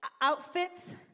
outfits